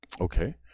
Okay